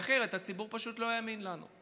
אחרת הציבור פשוט לא יאמין לנו.